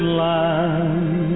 land